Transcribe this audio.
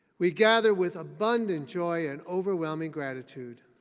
we gather with abundant joy and overwhelming gratitude.